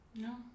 No